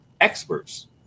experts